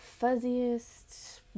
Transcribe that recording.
fuzziest